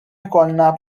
ikollna